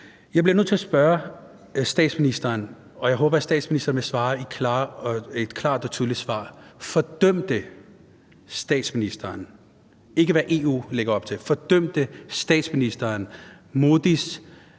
Jeg bliver nødt til at spørge statsministeren, og jeg håber, at statsministeren vil give et klart og tydeligt svar: Fordømte statsministeren – det er ikke, hvad EU lægger op til – Modis